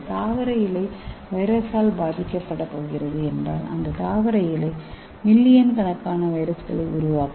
ஒரு தாவர இலை வைரஸால் பாதிக்கப் பட போகிறது என்றால் அந்த தாவர இலை மில்லியன் கணக்கான வைரஸ்களை உருவாக்கும்